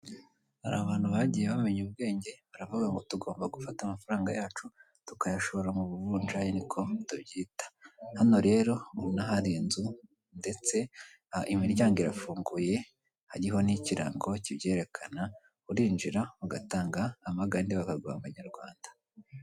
Hari abantu bagiye bamenya ubwenge baravuga ngo tugomba gufata amafaranga yacu tukayashora mu buvunjayi niko tubyita. Hano rero hari inzu ndetse imiryango irafunguye hariho n'ikirango kibyerekana, urinjira ugatanga amagande bakaguha amanyarwanda.